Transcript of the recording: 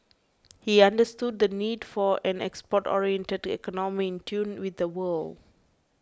he understood the need for an export oriented economy in tune with the world